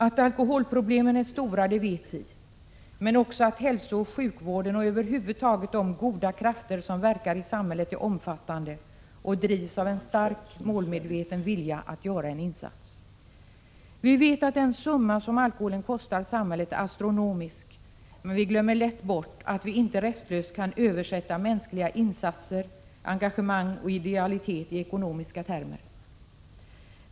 Att alkoholproblemen är stora vet vi, men också att hälsooch sjukvården och över huvud taget de goda krafter som verkar i samhället är omfattande och drivs av en stark målmedveten vilja att göra en insats. Vi vet att den summa som alkoholen kostar samhället är astronomisk. Emellertid glömmer vi lätt bort att vi inte restlöst kan översätta mänskliga insatser, mänskligt engagemang och mänsklig idealitet i ekonomiska termer.